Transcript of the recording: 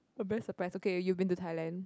I'm very surprised okay you've been to Thailand